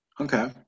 Okay